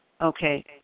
Okay